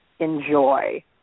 enjoy